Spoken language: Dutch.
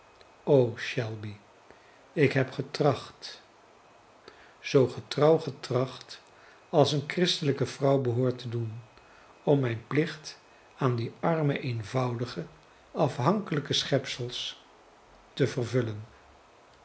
o shelby ik heb getracht zoo getrouw getracht als eene christelijke vrouw behoort te doen om mijn plicht aan die arme eenvoudige afhankelijke schepsels te vervullen